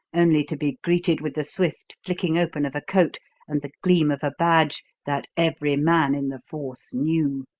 only to be greeted with the swift flicking open of a coat and the gleam of a badge that every man in the force knew.